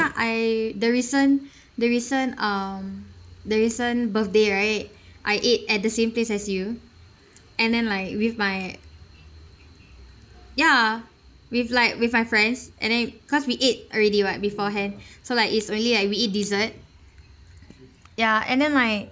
I the recent the recent um the recent birthday right I ate at the same place as you and then like with my ya with like with my friends and then cause we ate already what beforehand so like it's only like we eat dessert ya and then my